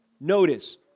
Notice